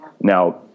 Now